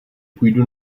půjdu